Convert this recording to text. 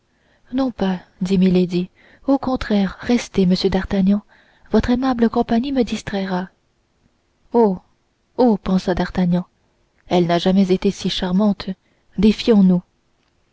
non pas dit milady au contraire restez monsieur d'artagnan votre aimable compagnie me distraira oh oh pensa d'artagnan elle n'a jamais été si charmante défions-nous